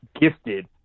gifted